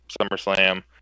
SummerSlam